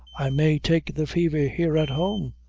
i may take the fever here at home,